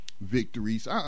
victories